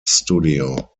studio